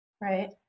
Right